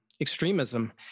extremism